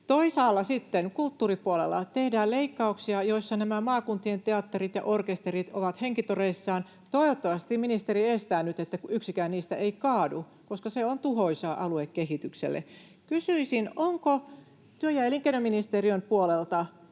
Toisaalla sitten kulttuuripuolella tehdään leikkauksia, joissa nämä maakuntien teatterit ja orkesterit ovat henkitoreissaan. Toivottavasti ministeri estää nyt, että yksikään niistä ei kaadu, koska se on tuhoisaa aluekehitykselle. Kysyisin: Onko työ- ja elinkeinoministeriön puolelta